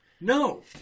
no